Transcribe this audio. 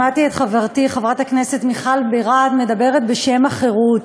שמעתי את חברתי חברת הכנסת מיכל בירן מדברת בשם החירות.